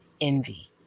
envy